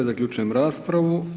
Zaključujem raspravu.